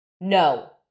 No